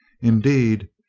indeed,